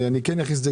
אני כן אכניס את זה